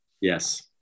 Yes